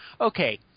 Okay